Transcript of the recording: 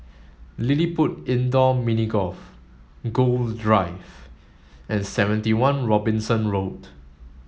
LilliPutt Indoor Mini Golf Gul Drive and seventy one Robinson Road